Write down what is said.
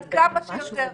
עד כמה שיותר,